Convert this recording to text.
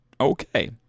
Okay